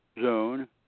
zone